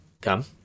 come